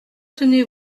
tenez